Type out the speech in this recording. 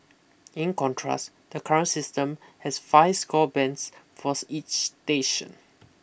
in contrast the current system has five score bands forth each station